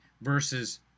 versus